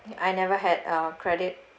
I never had a credit